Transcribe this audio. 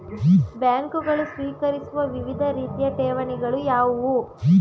ಬ್ಯಾಂಕುಗಳು ಸ್ವೀಕರಿಸುವ ವಿವಿಧ ರೀತಿಯ ಠೇವಣಿಗಳು ಯಾವುವು?